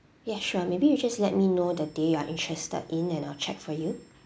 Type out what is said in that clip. yes sure maybe you just let me know the day you are interested in and I'll check for you